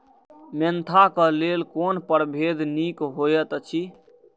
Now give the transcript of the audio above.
Mentha क लेल कोन परभेद निक होयत अछि?